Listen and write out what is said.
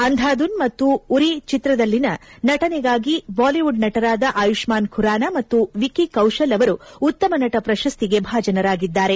ಅಂಧಾಧುನ್ ಮತ್ತು ಉರಿ ಚಿತ್ರದಲ್ಲಿನ ನಟನೆಗಾಗಿ ಬಾಲಿವುಡ್ ನಟರಾದ ಆಯುಷ್ಟಾನ್ ಖುರಾನಾ ಮತ್ತು ವಿಕ್ಕಿ ಕೌಶಲ್ ಅವರು ಉತ್ತಮ ನಟ ಪ್ರಶಸ್ತಿಗೆ ಭಾಜನರಾಗಿದ್ದಾರೆ